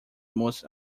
most